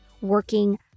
working